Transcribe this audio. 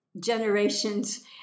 generations